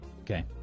Okay